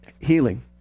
healing